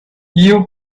you